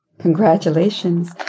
Congratulations